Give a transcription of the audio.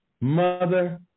mother